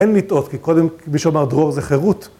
אין לטעות, כי קודם מישהו אמר דרור זה חירות.